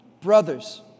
Brothers